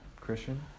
Christian